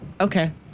Okay